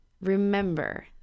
Remember